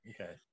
Okay